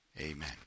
Amen